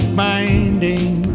binding